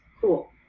Cool